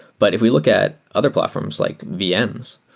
but if we look at other platforms like vms,